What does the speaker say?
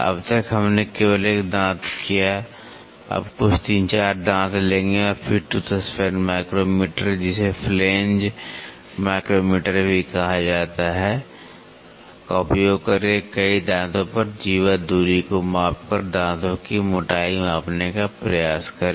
अब तक हमने केवल एक दांत किया है अब कुछ 3 4 दांत लेंगे और फिर टूथ स्पैन माइक्रोमीटर जिसे फ्लैंज माइक्रोमीटर भी कहा जाता है का उपयोग करके कई दांतों पर जीवा दूरी को मापकर दांतों की मोटाई मापने का प्रयास करें